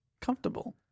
comfortable